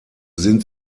sind